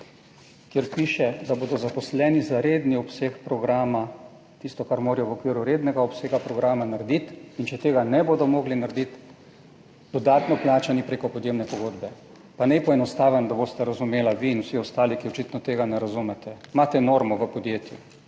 kjer piše, da bodo zaposleni za redni obseg programa, tisto, kar morajo v okviru rednega obsega programa narediti in če tega ne bodo mogli narediti, dodatno plačani preko podjemne pogodbe. Pa naj poenostavim, da boste razumela vi in vsi ostali, ki očitno tega ne razumete. Imate normo v podjetju,